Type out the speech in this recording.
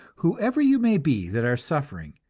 whoever you may be that are suffering,